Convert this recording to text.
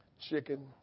Chicken